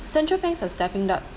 central banks are stepping up